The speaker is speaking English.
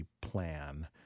plan